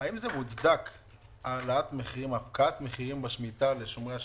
האם מוצדקת הפקעת המחירים בשמיטה לשומרי השמיטה?